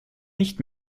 nicht